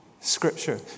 Scripture